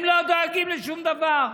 הם לא דואגים לשום דבר.